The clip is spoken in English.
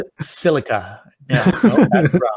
Silica